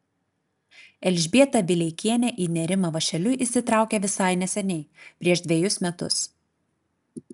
elžbieta vileikienė į nėrimą vąšeliu įsitraukė visai neseniai prieš dvejus metus